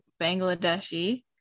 bangladeshi